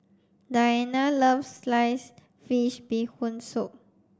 Diana loves sliced fish bee hoon soup